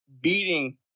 beating